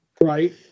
Right